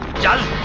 just